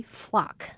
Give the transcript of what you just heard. flock